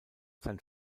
sein